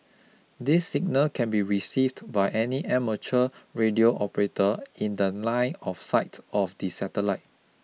this signal can be received by any amateur radio operator in the line of sight of the satellite